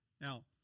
Now